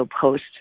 post